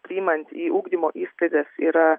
priimant į ugdymo įstaigas yra